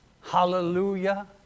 Hallelujah